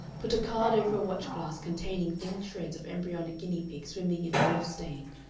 put a card over a watch-glass containing thin shreds of embryonic guinea-pig swimming in mauve stain,